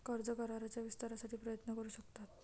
कर्ज कराराच्या विस्तारासाठी प्रयत्न करू शकतात